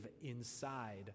inside